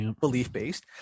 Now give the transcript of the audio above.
belief-based